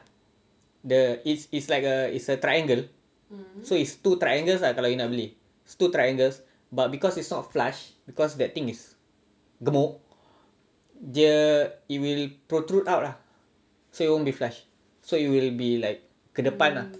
the it's it's like a is a triangle so it's two triangles lah kalau you nak beli is two triangles but because it's not flush because that thing is gemuk dia it will protrude out lah so you won't be flush so you will be like ke depan ah